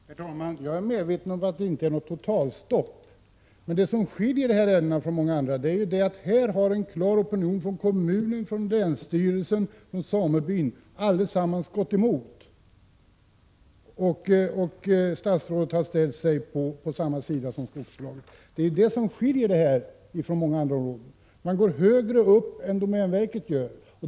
Herr talman! Jag är medveten om att riksdagens beslut inte innebär något totalstopp. Men det som skiljer de här ärendena från många andra är att här har en klar opinion — kommunen, länsstyrelsen och samebyn — gått emot, och statsrådet har ändå ställt sig på samma sida som skogsbolaget. Det skiljer det här ärendet från många andra. Man går här högre upp än domänverket gör.